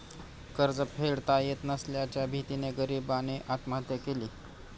कर्ज फेडता येत नसल्याच्या भीतीने गरीबाने आत्महत्या केली